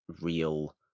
real